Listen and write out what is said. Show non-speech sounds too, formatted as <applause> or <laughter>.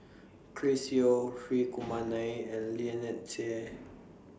Chris Yeo Hri <noise> Kumar Nair and Lynnette Seah